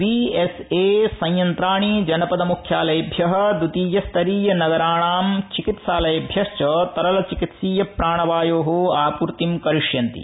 PSA संयंत्राणि जनपद मुख्यालयेभ्य द्वितीयस्तरीय नगराणाम चिकित्सालयेभ्यश्च तरल चिकित्सीय प्राणवायो आपूर्तिम् करिष्यन्ति